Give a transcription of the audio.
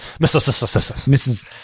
Mrs